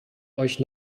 euch